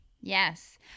Yes